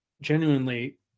genuinely